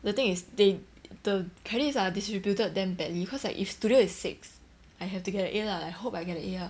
the thing is they the credits are distributed damn badly cause like if studio is six I have to get an A lah I hope I get a A lah